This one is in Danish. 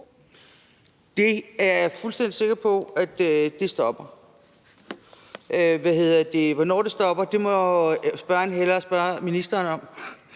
Det er jeg fuldstændig sikker på stopper. Hvornår det stopper, må spørgeren hellere spørge ministeren om.